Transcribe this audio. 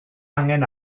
angen